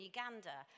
Uganda